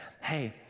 hey